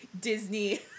Disney